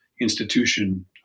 institution